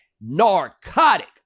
narcotic